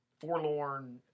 forlorn